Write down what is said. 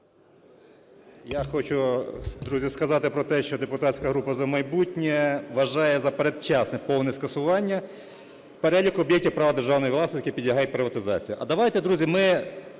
Я хочу, друзі, сказати про те, що депутатська група "За майбутнє" вважає за передчасне повне скасування переліку об'єктів права державної власності, які підлягають приватизації.